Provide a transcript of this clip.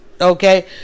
Okay